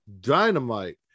Dynamite